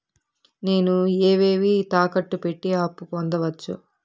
నేను ఏవేవి తాకట్టు పెట్టి అప్పు పొందవచ్చు?